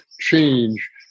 change